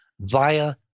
via